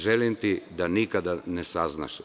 Želim ti da nikada ne saznaš“